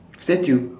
statue